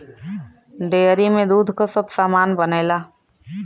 dairy में दूध क सब सामान बनेला